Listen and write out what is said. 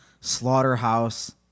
slaughterhouse